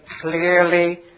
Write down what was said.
clearly